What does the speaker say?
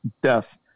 death